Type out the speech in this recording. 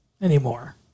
anymore